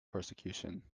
persecution